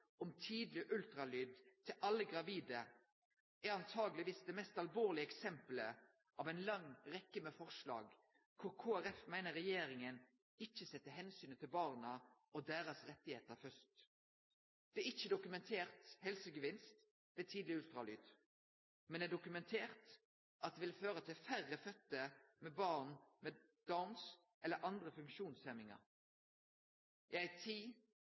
om tidleg ultralyd til alle gravide er truleg det mest alvorlege eksempelet av ei lang rekke med forslag kor Kristeleg Folkeparti meiner regjeringa ikkje set omsynet til barna og deira rettar først. Det er ikkje dokumentert helsegevinst ved tidleg ultralyd, men det er dokumentert at det vil føre til færre fødde barn med Downs eller andre funksjonshemmingar. I ei tid